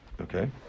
Okay